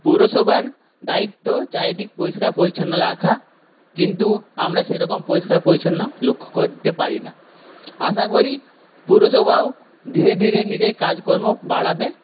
পুরসভার দ্বায়িত্ব চারদিক পরিষ্কার পরিছন্ন রাখা কিন্তু আমরা সে রকম পরিষ্কার পরিছন্ন লক্ষ্য করতে পারি না আশা করি পুরসভাও ধীরে ধীরে নিজের কাজ কর্ম বাড়াবে